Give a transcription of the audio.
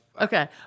Okay